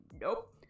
nope